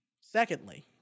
secondly